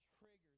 triggers